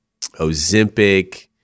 Ozempic